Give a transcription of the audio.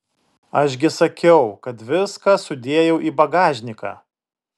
aš gi sakiau kad viską sudėjau į bagažniką